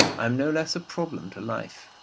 i am no less a problem to life.